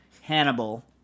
Hannibal